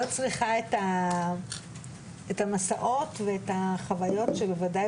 צריכה את המסעות ואת החוויות שבוודאי